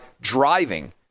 driving